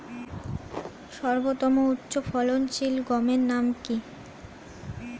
সর্বতম উচ্চ ফলনশীল গমের নাম কি?